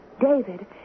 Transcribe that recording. David